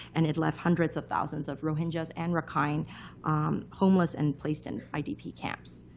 and it left hundreds of thousands of rohingyas and rakhine homeless and placed in idp camps.